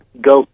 go